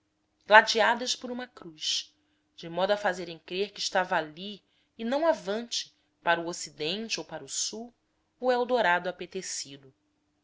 ladeados por uma cruz de modo a fazerem crer que estava ali e não avante para o ocidente ou para o sul o eldorado